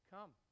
Come